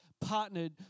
partnered